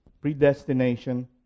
predestination